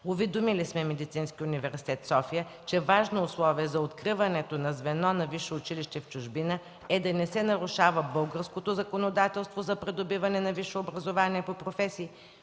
Уведомили сме Медицинския университет – София, че важно условие за откриването на звено на висше училище в чужбина е да не се нарушава българското законодателство за придобиване на висше образование по професии